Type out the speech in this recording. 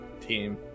team